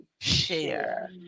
share